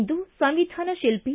ಇಂದು ಸಂವಿಧಾನ ಶಿಲ್ಪಿ